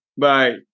Bye